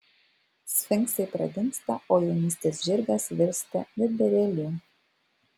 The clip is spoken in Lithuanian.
sfinksai pradingsta o jaunystės žirgas virsta juodbėrėliu